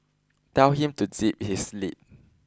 tell him to zip his lip